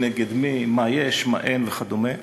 מי נגד מי, מה יש, מה אין וכדומה.